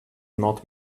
not